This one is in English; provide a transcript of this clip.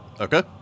Okay